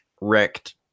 wrecked